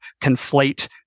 conflate